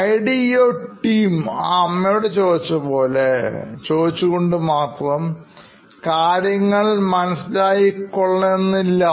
Ideo team ആ അമ്മയോട് ചോദിച്ച പോലെ ചോദിച്ചു കൊണ്ട് മാത്രം കാര്യങ്ങൾ മനസ്സിലായി കൊള്ളണമെന്നില്ല